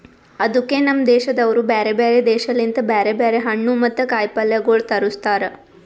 ಅದುಕೆ ನಮ್ ದೇಶದವರು ಬ್ಯಾರೆ ಬ್ಯಾರೆ ದೇಶ ಲಿಂತ್ ಬ್ಯಾರೆ ಬ್ಯಾರೆ ಹಣ್ಣು ಮತ್ತ ಕಾಯಿ ಪಲ್ಯಗೊಳ್ ತರುಸ್ತಾರ್